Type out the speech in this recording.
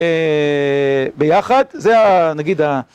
ביחד, זה נגיד